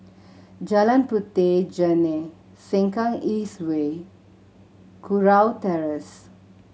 Jalan Puteh Jerneh Sengkang East Way Kurau Terrace